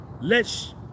lets